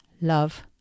love